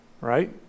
right